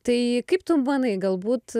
tai kaip tu manai galbūt